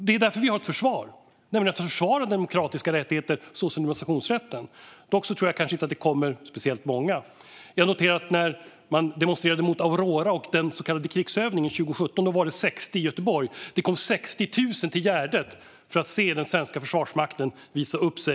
Det är därför vi har ett försvar, nämligen att försvara demokratiska rättigheter såsom demonstrationsrätten. Dock tror jag kanske inte att det kommer speciellt många. Jag noterar att när man demonstrerade mot den så kallade krigsövningen Aurora 2017 var det 60 demonstranter i Göteborg. Det kom 60 000 personer till Gärdet 2017 för att se den svenska försvarsmakten visa upp sig.